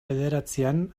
bederatzian